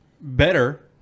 better